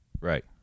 right